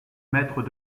mètres